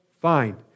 find